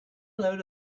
load